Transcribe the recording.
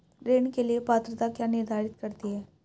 ऋण के लिए पात्रता क्या निर्धारित करती है?